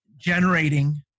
generating